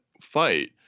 fight